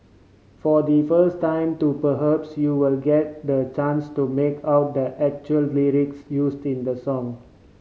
for the first time too perhaps you will get the chance to make out the actual lyrics used in the song